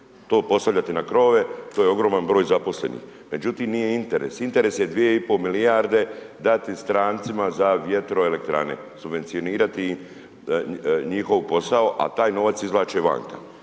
To postavljati na krovove, to je ogroman broj zaposlenih međutim nije interes, interes je 2,5 milijarde dati strancima za vjetroelektrane, subvencionirati njihov posao a taj novac izvlače vanka.